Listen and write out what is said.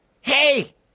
hey